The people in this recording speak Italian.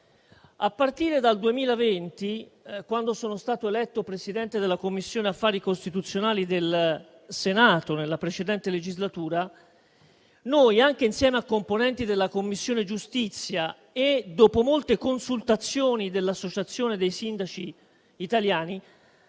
a partire dal 2020, quando sono stato eletto Presidente della Commissione affari costituzionali del Senato, nella precedente legislatura: noi, insieme a componenti della Commissione giustizia e dopo molte consultazioni dell'Associazione dei Comuni italiani,